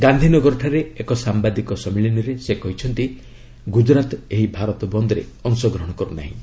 ଗାନ୍ଧିନଗରଠାରେ ଏକ ସାମ୍ଭାଦିକ ସମ୍ମିଳନୀରେ ସେ କହିଛନ୍ତି ଗୁଜରାତ ଏହି ଭାରତ ବନ୍ଦରେ ଅଂଶଗ୍ରହଣ କରୁନାହିଁ